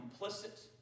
complicit